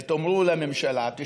ותאמרו לממשלה: תשמעו,